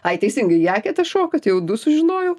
ai teisingai į eketę šokat jau du sužinojau